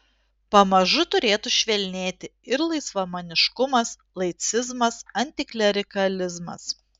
pamažu turėtų švelnėti ir laisvamaniškumas laicizmas antiklerikalizmas